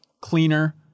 cleaner